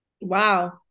Wow